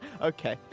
Okay